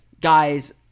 guys